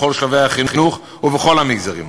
בכל שלבי החינוך ובכל המגזרים.